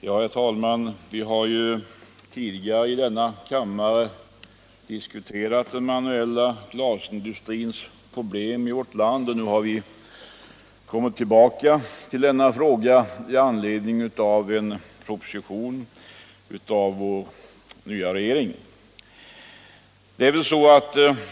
Herr talman! Vi har ju tidigare i denna kammare diskuterat den ma 87 manuella glasindustrin nuella glasindustrins problem och nu har vi kommit tillbaka till denna fråga med anledning av en proposition från vår nya regering.